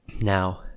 Now